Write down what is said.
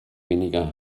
weniger